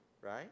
right